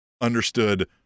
understood